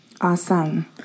Awesome